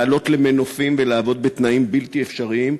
לעלות על מנופים ולעבוד בתנאים בלתי אפשריים,